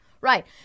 Right